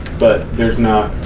but there's not,